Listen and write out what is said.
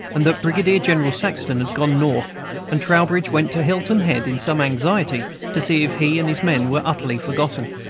and that brigadier-general saxton had gone north and trowbridge went to hilton head in some anxiety to see if he and his men were utterly forgotten.